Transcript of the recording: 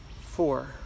four